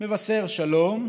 מבשר שלום,